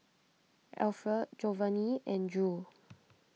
Alferd Jovany and Drew